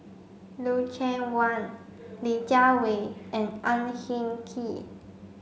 Lucien Wang Li Jiawei and Ang Hin Kee